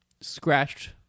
scratched